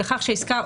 לכך שהעסקה,